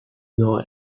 nord